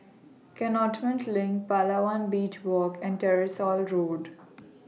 LINK Palawan Beach Walk and Tyersall Road